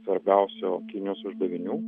svarbiausio kinijos uždavinių